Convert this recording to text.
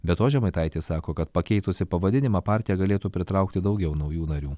be to žemaitaitis sako kad pakeitusi pavadinimą partija galėtų pritraukti daugiau naujų narių